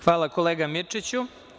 Hvala, kolega Mirčiću.